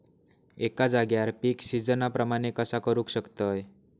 एका जाग्यार पीक सिजना प्रमाणे कसा करुक शकतय?